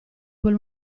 quel